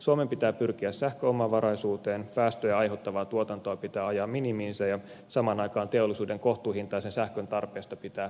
suomen pitää pyrkiä sähkön omavaraisuuteen päästöjä aiheuttavaa tuotantoa pitää ajaa minimiinsä ja samaan aikaan teollisuuden kohtuuhintaisen sähkön tarpeista pitää pitää huolta